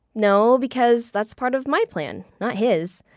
no, because that's part of my plan, not his.